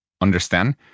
understand